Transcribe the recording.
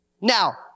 Now